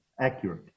accurate